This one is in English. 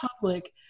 public